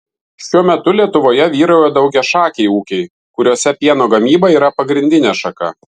šiuo metu lietuvoje vyrauja daugiašakiai ūkiai kuriuose pieno gamyba yra pagrindinė šaka